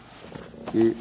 Hvala